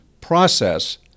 process